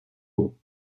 haut